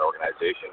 organization